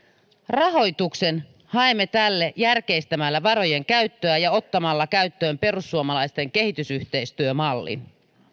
rahoituksen haemme tälle järkeistämällä varojen käyttöä ja ottamalla käyttöön perussuomalaisten kehitysyhteistyömallin